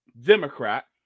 Democrat